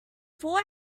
four